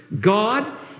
God